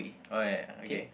oh ya okay